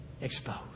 exposed